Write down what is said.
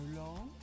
long